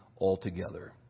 altogether